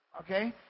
okay